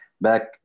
back